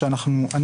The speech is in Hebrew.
כך שאני